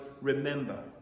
remember